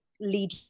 lead